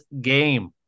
game